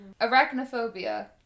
Arachnophobia